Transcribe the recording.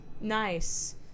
Nice